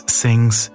sings